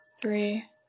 three